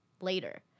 later